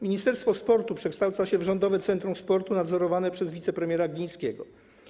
Ministerstwo Sportu przekształca się w Rządowe Centrum Sportu nadzorowane przez wicepremiera Glińskiego.